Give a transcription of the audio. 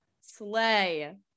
Sleigh